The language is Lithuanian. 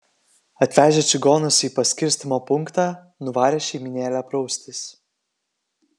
atvežę čigonus į paskirstymo punktą nuvarė šeimynėlę praustis